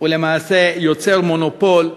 ולמעשה יוצר מונופול,